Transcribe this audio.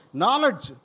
knowledge